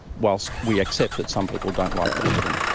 whilst we accept that some people don't like the look of them.